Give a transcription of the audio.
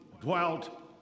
dwelt